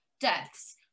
deaths